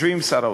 עם שר האוצר.